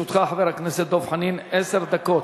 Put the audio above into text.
חבר הכנסת דב חנין, לרשותך עשר דקות.